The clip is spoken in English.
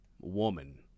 woman